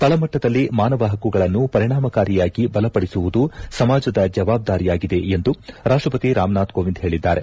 ತಳಮಟ್ಟದಲ್ಲಿ ಮಾನವ ಪಕ್ಕುಗಳನ್ನು ಪರಿಣಾಮಕಾರಿಯಾಗಿ ಬಲಪಡಿಸುವುದು ಸಮಾಜದ ಜವಾಬ್ದಾರಿಯಾಗಿದೆ ಎಂದು ರಾಷ್ಟಪತಿ ರಾಮನಾಥ್ ಕೋವಿಂದ್ ಹೇಳಿದ್ದಾರೆ